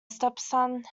stepson